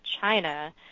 China